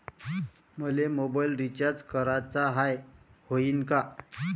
मले mobile recharge कराचा हाय, होईनं का?